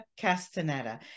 Castaneda